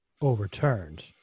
overturned